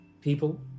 people